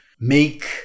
make